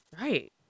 Right